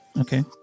Okay